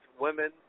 women